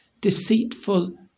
Deceitful